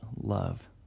love